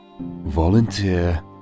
volunteer